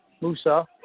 Musa